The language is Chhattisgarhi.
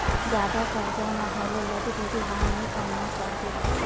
जादा करजा म घलो लद के बिहाव नइ करना चाही